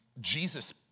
jesus